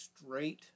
straight